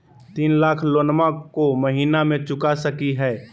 तीन लाख लोनमा को महीना मे चुका सकी हय?